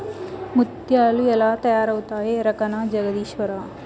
ముత్యాలు ఎలా తయారవుతాయో ఎరకనా జగదీశ్వరా